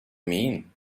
mean